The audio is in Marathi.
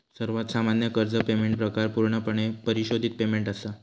सर्वात सामान्य कर्ज पेमेंट प्रकार पूर्णपणे परिशोधित पेमेंट असा